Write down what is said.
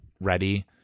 ready